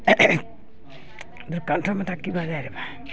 कण्ठेमे तऽ कि भऽ जाइ रे बा